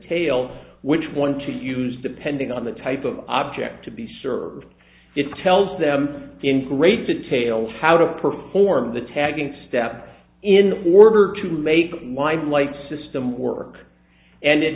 detail which one to use depending on the type of object to be served it tells them in great detail how to perform the tagging step in order to make line like system work and it